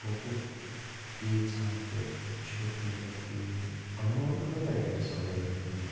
وۄنۍ گوٚو ییٖژ ہَن تہِ چھُکھ مطلب کہِ یِمَن گوٚو مطلب واریاہ ڈِس آڈٲرٕس گٔے یِمَن